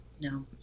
No